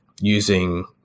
using